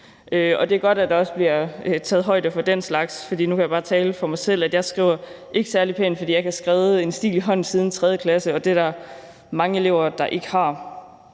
Det er godt, at der også bliver taget højde for den slags, for – nu kan jeg bare tale for mig selv – jeg skriver ikke særlig pænt, fordi jeg ikke har skrevet en stil i hånden siden 3. klasse, og det er der mange elever der ikke har.